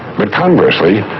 but conversely,